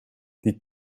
die